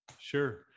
sure